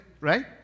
Right